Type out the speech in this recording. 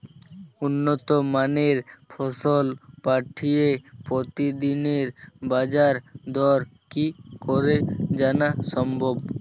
উন্নত মানের ফসল পাঠিয়ে প্রতিদিনের বাজার দর কি করে জানা সম্ভব?